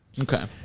Okay